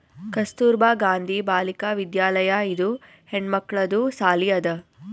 ಕಸ್ತೂರ್ಬಾ ಗಾಂಧಿ ಬಾಲಿಕಾ ವಿದ್ಯಾಲಯ ಇದು ಹೆಣ್ಮಕ್ಕಳದು ಸಾಲಿ ಅದಾ